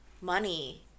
money